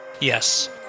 Yes